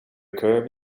curve